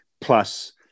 Plus